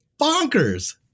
bonkers